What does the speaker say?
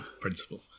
principle